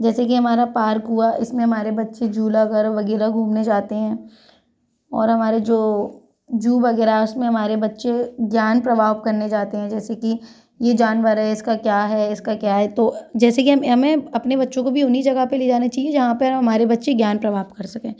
जैसे कि हमारा पार्क हुआ इसमें हमारे बच्चे झूलाघर वगैरह घूमने जाते हैं और हमारे जो जू वगैरह उसमें हमारे बच्चे ज्ञान प्रवाह करने जाते हैं जैसे कि ये जानवर है इसका क्या है इसका क्या है तो जैसे कि हम हमें अपने बच्चों को भी उन्हीं जगह पर ले जाना चाहिए जहाँ पर हमारे बच्चे ज्ञान प्रभाव कर सकें